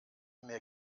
mehr